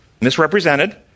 misrepresented